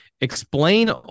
explain